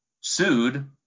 sued